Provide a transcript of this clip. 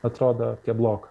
atrodo kebloka